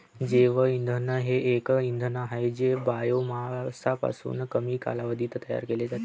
जैवइंधन हे एक इंधन आहे जे बायोमासपासून कमी कालावधीत तयार केले जाते